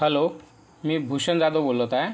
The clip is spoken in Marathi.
हॅलो मी भूषण जाधव बोलत आहे